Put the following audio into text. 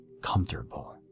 comfortable